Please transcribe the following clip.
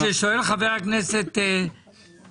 מה ששואל חבר הכנסת ביטון,